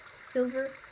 silver